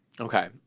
Okay